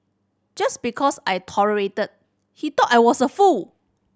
just because I tolerated he thought I was a fool